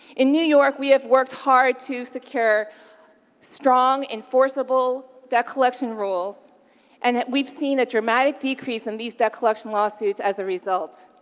in new york, we have worked hard to secure strong, enforceable debt collection rules and that we've seen a dramatic decrease in these debt collection lawsuits as a result.